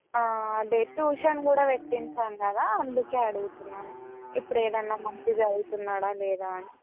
అదే ట్యూషన్ కూడా పెట్టించాము కదా అందుకే అడుగుతున్నాను ఇప్పుడు ఏదైనా మంచిగా చదువుతున్నాడా లేదా అని